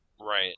Right